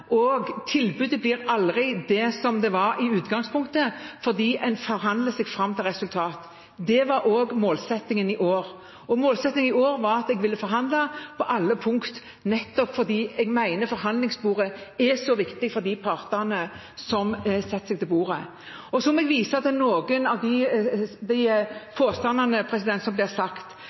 Og tilbudet blir aldri slik det var i utgangspunktet, fordi en forhandler seg fram til et resultat. Det var også målsettingen i år. Målsettingen i år var at jeg ville forhandle på alle punkt, nettopp fordi jeg mener forhandlinger er så viktig for de partene som setter seg til bordet. Så må jeg vise til noen av de påstandene som blir